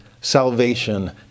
salvation